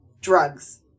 drugs